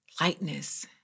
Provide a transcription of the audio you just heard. lightness